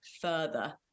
further